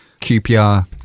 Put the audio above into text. QPR